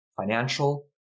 financial